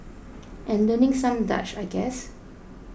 and learning some Dutch I guess